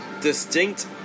distinct